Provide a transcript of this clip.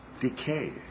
decay